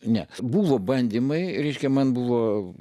nes buvo bandymai reiškia man buvo